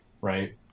right